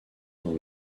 dans